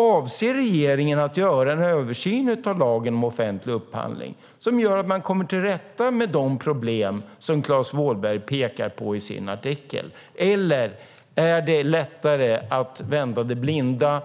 Avser regeringen att göra en översyn av lagen om offentlig upphandling som gör att man kommer till rätta med de problem som Klas Wåhlberg pekar på i sin artikel, eller är det lättare att vända det blinda